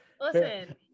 Listen